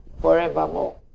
forevermore